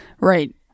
right